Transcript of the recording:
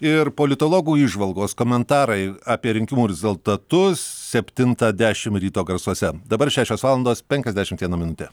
ir politologų įžvalgos komentarai apie rinkimų rezultatus septintą dešim ryto garsuose dabar šešios valandos penkiasdešimt viena minutė